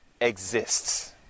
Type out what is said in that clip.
exists